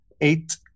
eight